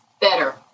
better